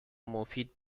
مفید